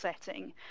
setting